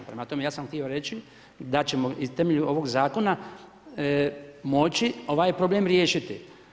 Prema tome, ja sam htio reći da ćemo i temeljem ovog zakona moći ovaj problem riješiti.